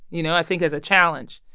you know, i think as a challenge.